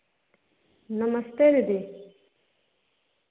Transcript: नमस्ते दीदी